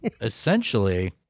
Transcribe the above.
essentially